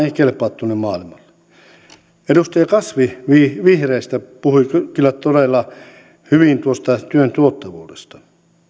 ei kelpaa tuonne maailmalle edustaja kasvi vihreistä puhui kyllä todella hyvin tuosta työn tuottavuudesta